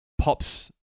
pops